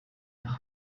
nach